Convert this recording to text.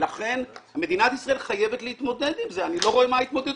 לכן מדינת ישראל חייבת להתמודד עם זה אבל אני לא רואה מה ההתמודדות.